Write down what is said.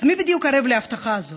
מי בדיוק ערב להבטחה הזאת?